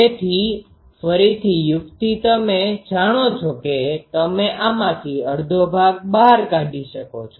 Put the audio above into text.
તેથી ફરીથી યુક્તિ તમે જાણો છો કે તમે આમાંથી અડધો ભાગ બહાર કાઢી શકો છો